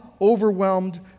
overwhelmed